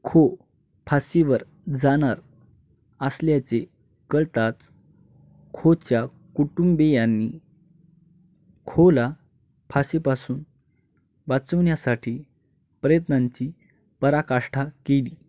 खो फाशीवर जाणार असल्याचे कळताच खोच्या कुटुंबियांनी खोला फाशीपासून वाचवण्यासाठी प्रयत्नांची पराकाष्ठा केली